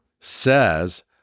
says